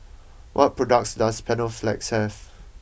what products does Panaflex have